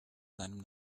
seinem